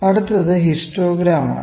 അടുത്തത് ഹിസ്റ്റോഗ്രാം ആണ്